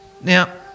Now